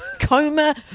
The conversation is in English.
coma